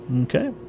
Okay